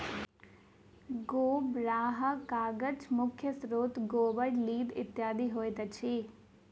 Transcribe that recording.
गोबराहा कागजक मुख्य स्रोत गोबर, लीद इत्यादि होइत अछि